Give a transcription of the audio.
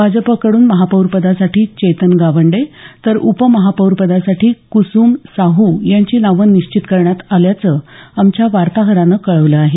भाजपकडून महापौरपदासाठी चेतन गावंडे तर उपमहापौरपदासाठी कुसुम साहू यांची नावं निश्चित करण्यात करण्यात आल्याचं आमच्या वार्ताहरानं कळवलं आहे